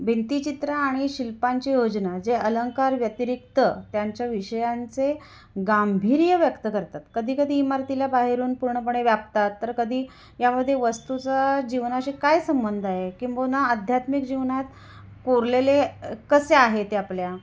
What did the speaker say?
भिंतीचित्र आणि शिल्पांची योजना जे अलंंकार व्यतिरिक्त त्यांच्या विषयांचे गांभीर्य व्यक्त करतात कधी कधी इमारतीला बाहेरून पूर्णपणे व्यापतात तर कधी यामध्ये वस्तूचा जीवनाशी काय संबंध आहे किंबहुना आध्यात्मिक जीवनात कोरलेले कसे आहे ते आपल्या